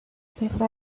پسر